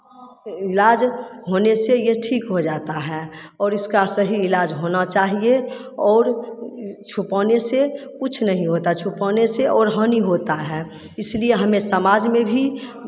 इलाज होने से ये ठीक हो जाता है और इसका सही इलाज होना चाहिए और छुपाने से कुछ नहीं होता छुपाने से और हानि होता है इसलिए हमें समाज में भी